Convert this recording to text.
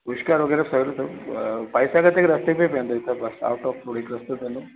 पुष्कर वगै़राह ठहियल अथव अ पाइसा वगै़राह हिते रस्ते ते ई पवंदो सभु रस्तो ठहियल आहे